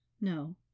No